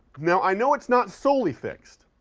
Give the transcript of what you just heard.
now i know it's not solely fixed,